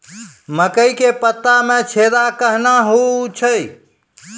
मकई के पत्ता मे छेदा कहना हु छ?